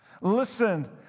Listen